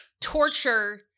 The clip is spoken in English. torture